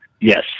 Yes